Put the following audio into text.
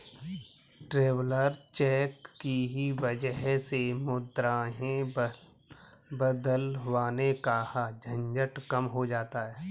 traveller cheque की वजह से मुद्राएं बदलवाने का झंझट कम हो जाता है